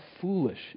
foolish